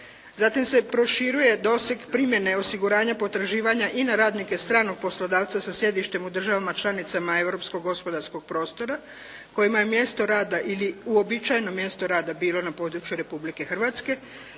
zatim se proširuje doseg primjene osiguranje potraživanja i na radnike stranog poslodavca sa sjedištem u državama članicama europskog gospodarskog prostora, kojima je mjesto rada ili uobičajeno mjesto rada bilo na području Republke Hrvatske